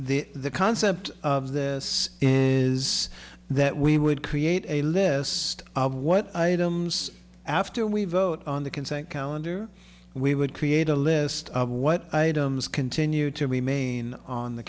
so the concept of this is that we would create a list of what i after we vote on the consent calendar we would create a list of what i continue to remain on the